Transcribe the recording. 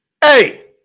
hey